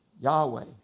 Yahweh